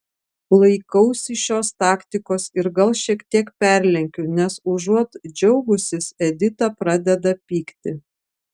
laikausi šios taktikos ir gal šiek tiek perlenkiu nes užuot džiaugusis edita pradeda pykti